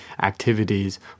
activities